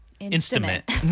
instrument